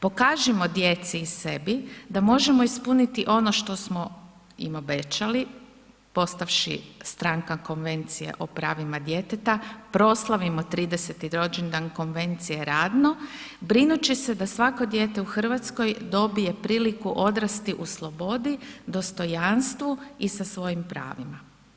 Pokažimo djeci i sebi da možemo ispuniti ono što smo im obećali postavši stranka Konvencije o pravima djeteta, proslavimo 30. rođendan Konvencije radno, brinući se da svako dijete u Hrvatskoj dobije priliku odrasti u slobodi, dostojanstvu i sa svojim pravima.